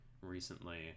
recently